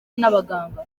n’abaganga